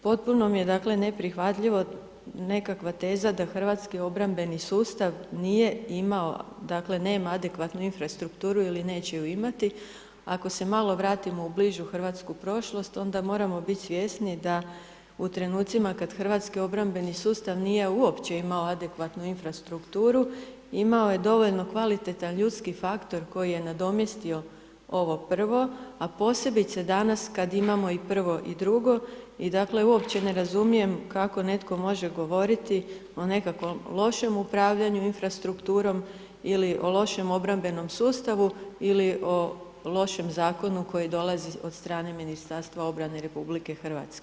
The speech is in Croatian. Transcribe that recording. Potpuno mi je neprihvatljivo nekakva teza da hrvatski obrambeni sustav, nije imao, dakle, nema adekvatnu infrastrukturu ili neće ju imati, ako se malo vratimo u bližu hrvatsku prošlost, onda moramo biti svjesni, da u trenucima, kada hrvatski obrambeni sustav, nije uopće imao adekvatnu infrastrukturu, imao je dovoljan ljudski faktor koji je nadomjestio ovo prvo, a posebice danas, kada imamo i prvo i drugo i dakle, uopće ne razumijem kako netko može govoriti o nekakvom lošem upravljanju infrastrukturom ili o lošem obrambenom sustavu ili o lošem zakonu koji dolazi od strane Ministarstva obrane RH.